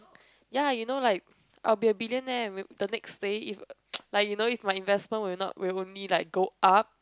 ya you know like I will be a billionaire will the next day if like you know if my investment will not will only like go up